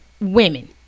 women